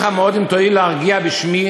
ואודה לך מאוד אם תואיל להרגיע בשמי"